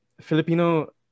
Filipino